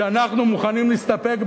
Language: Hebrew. שאנחנו מוכנים להסתפק,